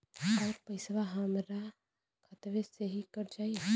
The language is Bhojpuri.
अउर पइसवा हमरा खतवे से ही कट जाई?